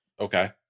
Okay